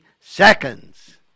seconds